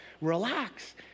relax